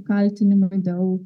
kaltinimai dėl